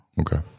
Okay